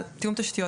תיאום תשתיות,